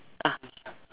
ah